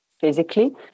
physically